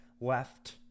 left